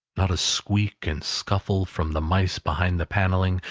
not a squeak and scuffle from the mice behind the panelling,